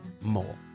more